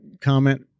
comment